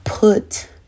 put